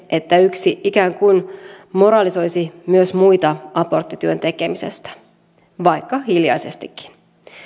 että yksi ikään kuin moralisoisi myös muita aborttityön tekemisestä vaikka hiljaisestikin